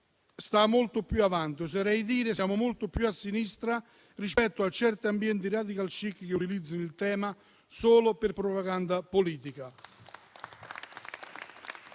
sta molto più avanti; oserei dire che siamo molto più a sinistra rispetto a certi ambienti *radical chic* che utilizzano il tema solo per propaganda politica.